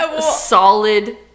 solid